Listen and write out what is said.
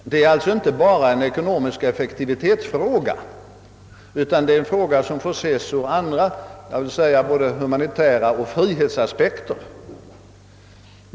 Detta är alltså inte bara en ekonomisk effektivitetsfråga utan en fråga som får ses från andra, både humanitära och frihetsmässiga aspekter.